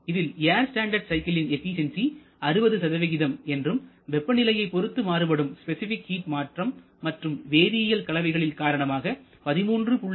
இதில் air standard சைக்கிளின் efficiency 60 என்றும் வெப்பநிலையைப் பொருத்து மாறுபடும் ஸ்பெசிபிக் ஹீட் மாற்றம் மற்றும் வேதியியல் கலவைகளில் காரணமாக 13